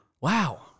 Wow